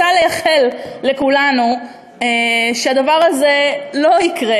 רוצה לאחל לכולנו שהדבר הזה לא יקרה.